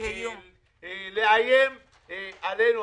לאיים עלינו?